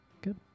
good